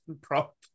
prop